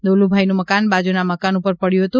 દોલુભાઈનું મકાન બાજુના મકાન ઉપર પડ્યું હતું